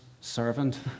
servant